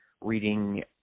reading